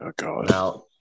Now